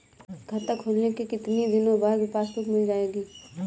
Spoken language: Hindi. खाता खोलने के कितनी दिनो बाद पासबुक मिल जाएगी?